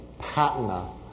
patina